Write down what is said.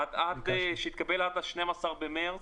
עד ליום 12 במרץ